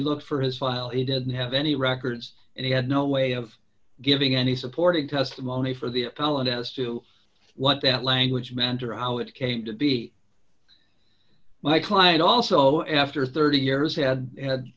looked for his file he didn't have any records and he had no way of giving any supporting testimony for the fallen as to what that language mentor or how it came to be my client also after thirty years had